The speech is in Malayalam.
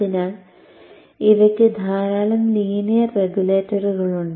അതിനാൽ ഇവയ്ക്ക് ധാരാളം ലീനിയർ റെഗുലേറ്ററുകൾ ഉണ്ട്